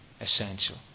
essential